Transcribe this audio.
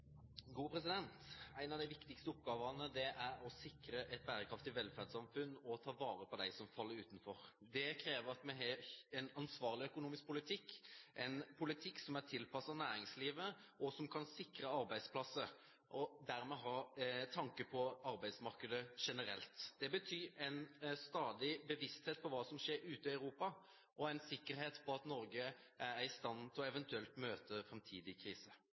en ansvarlig økonomisk politikk, en politikk som er tilpasset næringslivet, og som kan sikre arbeidsplasser, og dermed har tanke for arbeidsmarkedet generelt. Det betyr en stadig bevissthet på hva som skjer ute i Europa, og en sikkerhet for at Norge er i stand til å møte en eventuell framtidig krise.